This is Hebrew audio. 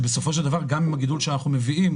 גם עם הגידול שאנחנו מביאים,